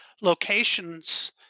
locations